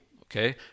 okay